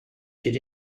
did